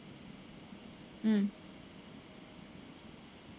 mm